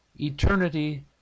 eternity